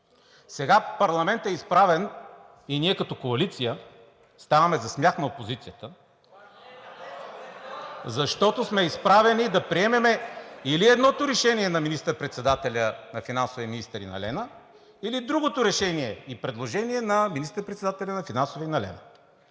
Сега парламентът е изправен и ние като коалиция ставаме за смях на опозицията (шум и реплики от ГЕРБ-СДС), защото сме изправени да приемем или едното решение на министър-председателя, на финансовия министър и на Лена, или другото решение и предложение на министър-председателя, на финансовия и на Лена.